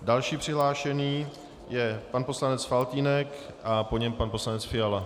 Další přihlášený je pan poslanec Faltýnek a po něm pan poslanec Fiala.